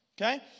okay